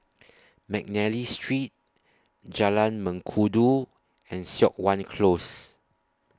Mcnally Street Jalan Mengkudu and Siok Wan Close